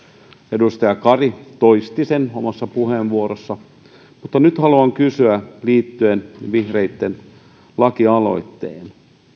edustaja kari toisti sen omassa puheenvuorossaan mutta nyt haluan kysyä liittyen vihreitten lakialoitteeseen